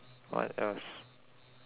what else